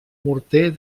morter